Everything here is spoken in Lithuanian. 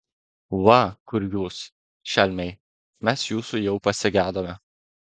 va kur jūs šelmiai mes jūsų jau pasigedome